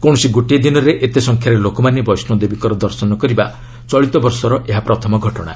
କୌଣସି ଗୋଟିଏ ଦିନରେ ଏତେ ସଂଖ୍ୟାରେ ଲୋକମାନେ ବୈଷ୍ଣୋଦେବୀଙ୍କର ଦର୍ଶନ କରିବା ଚଳିତ ବର୍ଷର ପ୍ରଥମ ଘଟଣା